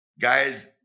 guys